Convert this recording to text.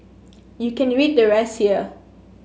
you can read the rest here